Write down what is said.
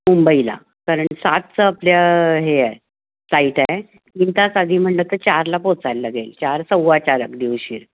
मुंबईला कारण सातचं आपल्या हे फ्लाईट आहे तीन तास आधी म्हणजे चारला आपल्याला पोचायला लागेल चार सव्वाचार अगदी उशीर